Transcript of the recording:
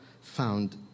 found